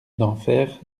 denfert